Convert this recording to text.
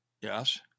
Yes